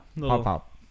Pop-pop